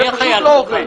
זה פשוט לא עובד.